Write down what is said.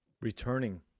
returning